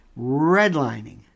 Redlining